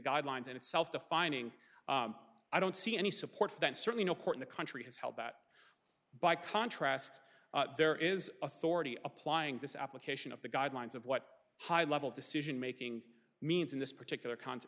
guidelines in itself defining i don't see any support for that certainly no court in the country has held that by contrast there is authority applying this application of the guidelines of what high level decision making means in this particular conce